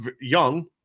young